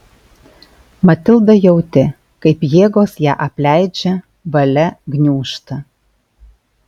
matilda jautė kaip jėgos ją apleidžia valia gniūžta